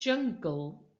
jyngl